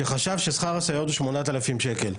שחשב ששכר הסייעות הוא 8,000 שקל,